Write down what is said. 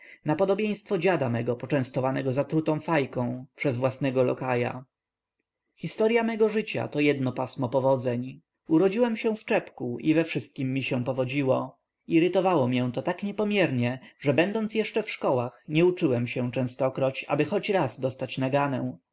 na podobieństwo dziada mego poczęstowanego zatrutą fajką przez własnego lokaja historya mego życia to jedno pasmo powodzeń urodziłem się w czepku i we wszystkiem mi się powodziło irytowało mię to tak niepomiernie że będąc jeszcze w szkołach nie uczyłem się częstokroć aby choć raz dostać naganę